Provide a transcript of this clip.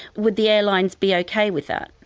would the airlines be okay with that?